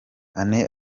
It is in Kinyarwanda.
anne